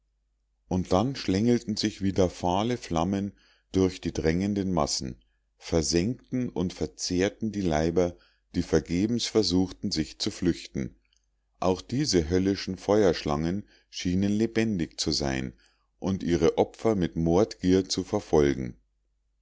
und dann schlängelten sich wieder fahle flammen durch die drängenden massen versengten und verzehrten die leiber die vergebens suchten sich zu flüchten auch diese höllischen feuerschlangen schienen lebendig zu sein und ihre opfer mit mordgier zu verfolgen